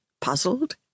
puzzled